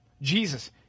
Jesus